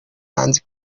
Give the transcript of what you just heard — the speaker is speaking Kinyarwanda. manzi